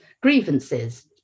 grievances